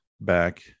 back